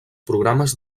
programes